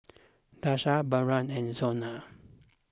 Daisha Barron and Zona